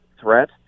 threat